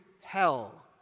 hell